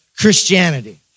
Christianity